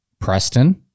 Preston